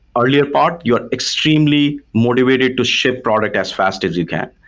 ah earlier part, you are extremely motivated to ship product as fast as you can.